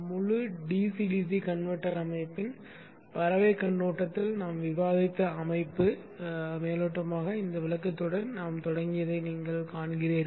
முழு DC DC converter அமைப்பின் பறவைக் கண்ணோட்டத்தில் நாம் விவாதித்த அமைப்பு மேலோட்டத்தின் இந்த விளக்கத்துடன் நாம் தொடங்கியதை நீங்கள் காண்கிறீர்கள்